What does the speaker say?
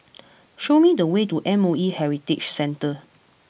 show me the way to M O E Heritage Centre